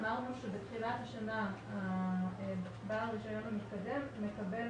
אמרנו שבתחילת השנה בעל הרישיון המתקדם מקבל